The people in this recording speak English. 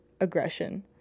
aggression